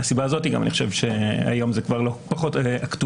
מהסיבה הזאת אני גם חושב שהיום זה פחות אקטואלי,